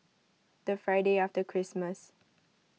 the Friday after Christmas